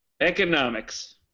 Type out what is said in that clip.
Economics